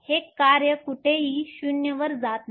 हे कार्य कुठेही 0 वर जात नाही